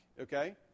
okay